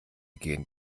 gehen